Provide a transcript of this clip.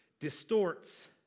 distorts